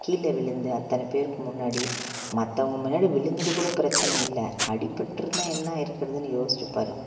கீழே விழுந்து அத்தனை பேருக்கு முன்னாடி மற்றவங்க முன்னாடி விழுந்தது கூட பிரச்சனை இல்லை அடிப்பட்டுருந்தால் என்ன ஆயிருக்கிறதுன்னு யோசிச்சு பாருங்க